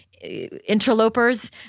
interlopers